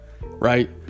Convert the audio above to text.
right